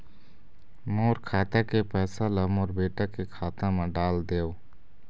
मोर खाता के पैसा ला मोर बेटा के खाता मा डाल देव?